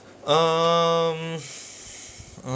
um uh